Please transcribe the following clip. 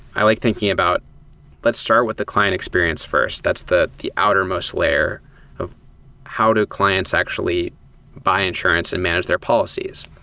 i like thinking about let's start with the client experience first. that's the the outermost layer of how do clients actually buy insurance and manage their policies.